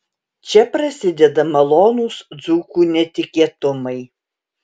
čia prasideda malonūs dzūkų netikėtumai